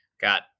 got